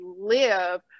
live